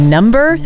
Number